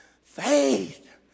faith